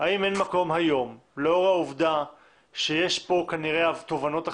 האם אין מקום היום לאור העובדה שיש פה כנראה תובנות אחרות,